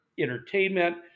Entertainment